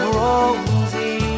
rosy